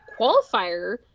qualifier